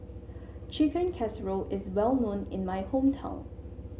Chicken Casserole is well known in my hometown